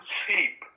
sleep